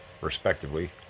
respectively